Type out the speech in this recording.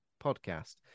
podcast